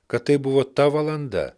kad tai buvo ta valanda